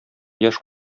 яшь